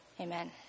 Amen